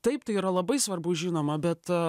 taip tai yra labai svarbu žinoma bet